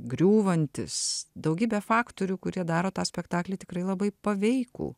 griūvantis daugybė faktorių kurie daro tą spektaklį tikrai labai paveikų